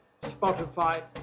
Spotify